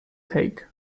take